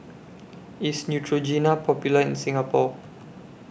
IS Neutrogena Popular in Singapore